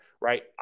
right